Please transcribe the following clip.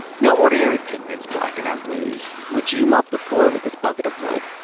no ordinary pigments blacken our blues. would you mop the floor with this bucket of blood?